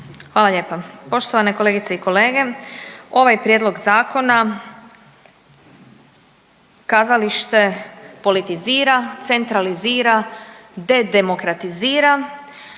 Hvala lijepa. Poštovane kolegice i kolege. Ovaj prijedlog zakona kazalište politizira, centralizira, de demokratizira,